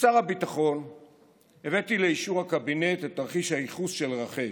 כשר הביטחון הבאתי לאישור הקבינט את תרחיש הייחוס של רח"ל,